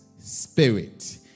spirit